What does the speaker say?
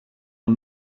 een